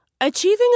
Achieving